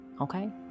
okay